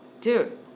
dude